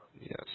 Yes